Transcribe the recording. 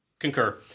concur